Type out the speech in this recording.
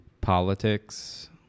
politics